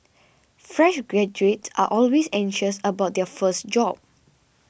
fresh graduates are always anxious about their first job